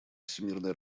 всемирной